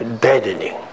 deadening